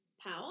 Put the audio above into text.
power